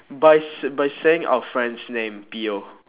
by s~ by saying our friend's name piyo